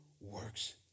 works